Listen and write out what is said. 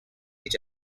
each